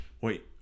Wait